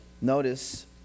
notice